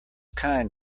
kind